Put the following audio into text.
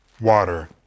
water